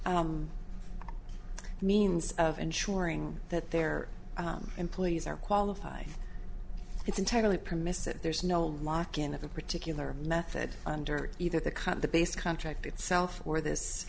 means of ensuring that their employees are qualified it's entirely permissive there's no lock in of a particular method under either the cut the base contract itself or this